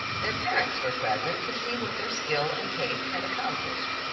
their parents were present to see what their skill and taste had accomplished.